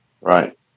Right